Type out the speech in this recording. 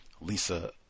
Lisa